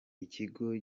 ikigo